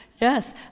Yes